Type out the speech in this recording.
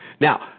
Now